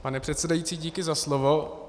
Pane předsedající, díky za slovo.